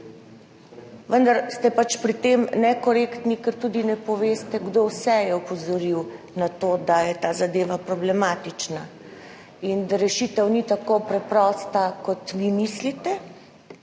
Vendar ste pač pri tem nekorektni, ker tudi ne poveste, kdo vse je opozoril na to, da je ta zadeva problematična in da rešitev ni tako preprosta, kot vi mislite,